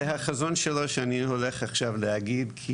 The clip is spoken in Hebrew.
זה החזון שלו, שאני הולך להגיד עכשיו.